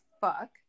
fuck